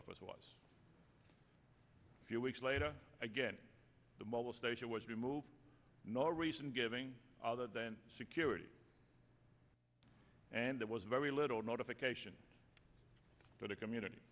office was a few weeks later again the mobile station was removed no reason giving other than security and that was very little notification for the community